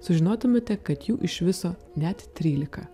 sužinotumėte kad jų iš viso net trylika